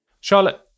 charlotte